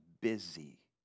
busy